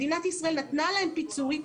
מדינת ישראל נתנה להם פיצוי,